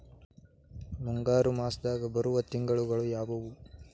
ಮುಂಗಾರು ಮಾಸದಾಗ ಬರುವ ತಿಂಗಳುಗಳ ಯಾವವು?